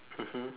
mmhmm